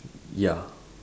ya